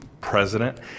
President